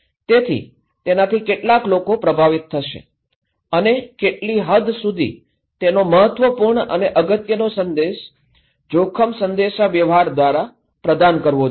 તેથી તેનાથી કેટલા લોકો પ્રભાવિત થશે અને કેટલી હદસુધી તેનો મહત્વપૂર્ણ અને અગત્યનો સંદેશ જોખમ સંદેશાવ્યવહાર દ્વારા પ્રદાન કરવો જોઈએ